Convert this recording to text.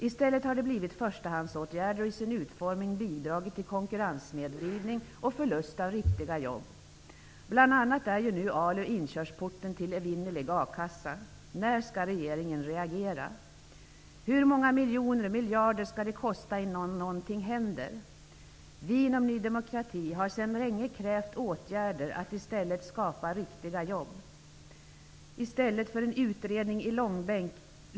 I stället har de blivit förstahandsåtgärder och genom sin utformning bidragit till konkurrenssnedvridning och förlust av riktiga jobb. ALU är ju inkörsporten till evinnerlig a-kassa. När skall regeringen reagera? Hur många miljoner eller miljarder skall det kosta innan någonting händer? Vi inom Ny demokrati har länge krävt åtgärder som skapar riktiga jobb.